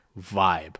vibe